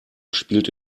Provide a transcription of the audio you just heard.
spielt